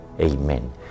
amen